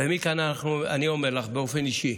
ומכאן אני אומר לך באופן אישי.